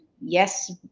Yes